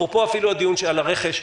אפרופו אפילו הדיון על הרכש,